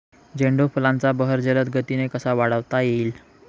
झेंडू फुलांचा बहर जलद गतीने कसा वाढवता येईल?